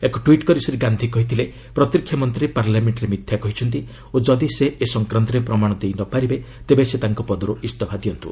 ଏକ ଟ୍ପିଟ୍ କରି ଶ୍ରୀ ଗାନ୍ଧି କହିଥିଲେ ପ୍ରତିରକ୍ଷାମନ୍ତ୍ରୀ ପାର୍ଲାମେକ୍ଷରେ ମିଥ୍ୟା କହିଛନ୍ତି ଓ ଯଦି ସେ ଏ ସଂକ୍ରାନ୍ତରେ ପ୍ରମାଣ ଦେଇ ନପାରିବେ ତେବେ ସେ ତାଙ୍କ ପଦରୁ ଇସ୍ତଫା ଦିଅନ୍ତୁ